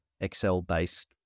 Excel-based